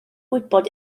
gwybod